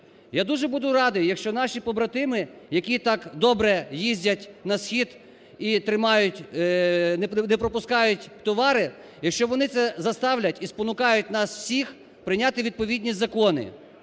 Я дуже буду радий, якщо наші побратими, які так добре їздять на схід і тримають, не пропускають товари, якщо вони це заставлять і спонукають нас всіх прийняти відповідні закони.